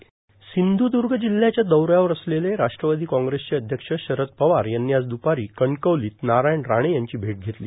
र्मांध्रद्दग जिल्हयाच्या दौऱ्यावर असलेले राष्ट्रवादी काँग्रेसचे अध्यक्ष शरद पवार यांनी आज द्पारो कणकवलोत नारायण राणे यांची भेट घेतलो